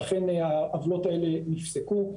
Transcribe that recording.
ואכן העוולות האלה נפסקו.